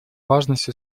важность